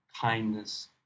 kindness